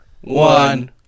one